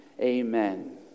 amen